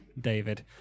david